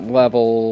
level